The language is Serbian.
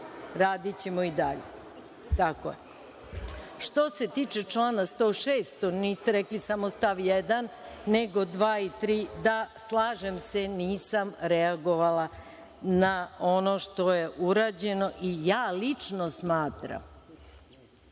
Radićemo i dalje. Što se tiče člana 106, niste rekli samo stav 1, nego 2. i 3. Slažem se, nisam reagovala na ono što je urađeno i ja lično smatram